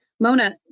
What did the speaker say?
Mona